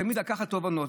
תמיד לקחת תובנות.